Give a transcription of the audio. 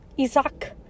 Isaac